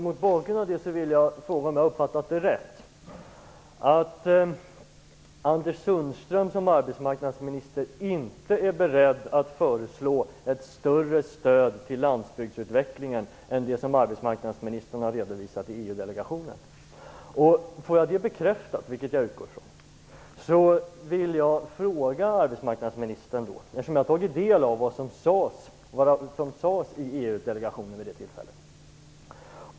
Mot bakgrund av det vill jag fråga om det är rätt uppfattat att Anders Sundström som arbetsmarknadsminister inte är beredd att föreslå ett större stöd till landsbygdsutvecklingen än det som han har redovisat i EU-delegationen. Får jag, vilket jag utgår från, det bekräftat, vill jag ställa ytterligare en fråga till arbetsmarknadsministern. Jag har tagit del av vad som sades i EU delegationen vid det tillfället.